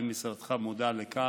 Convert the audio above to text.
האם משרדך מודע לכך,